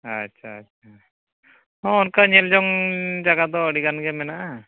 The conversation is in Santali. ᱟᱪᱪᱷᱟ ᱟᱪᱪᱷᱟ ᱦᱮᱸ ᱚᱱᱠᱟ ᱧᱮᱞᱡᱚᱝᱻ ᱡᱟᱜᱟᱫᱚ ᱟᱹᱰᱤᱜᱟᱱᱜᱮ ᱢᱮᱱᱟᱜᱼᱟ